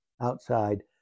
outside